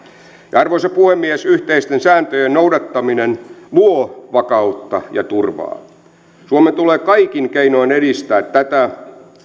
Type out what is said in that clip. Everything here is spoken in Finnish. arvoisa puhemies yhteisten sääntöjen noudattaminen luo vakautta ja turvaa suomen tulee kaikin keinoin edistää tätä niin